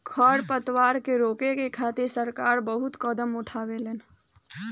खर पतवार के रोके खातिर सरकार बहुत कदम उठावेले